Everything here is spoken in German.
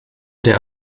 der